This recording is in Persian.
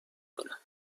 کنم